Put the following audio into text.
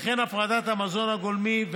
וכן להפריד את המזון הגולמי,